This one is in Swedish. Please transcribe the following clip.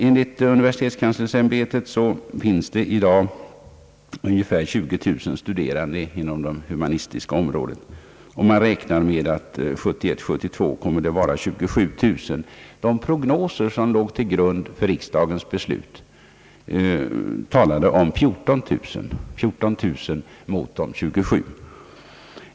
Enligt universitetskanslersämbetet finns det i dag ungefär 20000 studerande inom det humanistiska området, och man räknar med att 1971—1972 kommer antalet att vara 27000. De prognoser som låg till grund för riksdagens beslut talar om 14000.